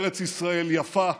ארץ ישראל יפה,